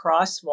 crosswalk